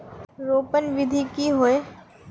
रोपण विधि की होय?